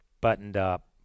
buttoned-up